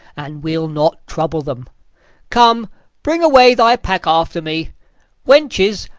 and we'll not trouble them come bring away thy pack after me wenches,